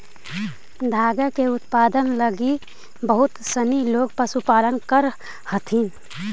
धागा के उत्पादन लगी बहुत सनी लोग पशुपालन करऽ हथिन